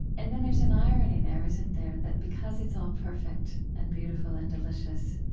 and then there's an irony there, isn't there, that because it's all perfect and beautiful and delicious,